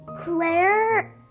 Claire